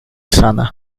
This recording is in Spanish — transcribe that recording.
sana